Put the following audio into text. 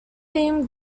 theme